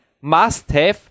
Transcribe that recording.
Must-Have